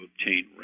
obtain